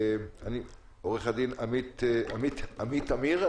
עורך-הדין עמית אמיר.